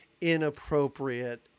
inappropriate